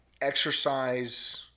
exercise